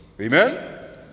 amen